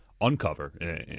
uncover